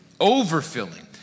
overfilling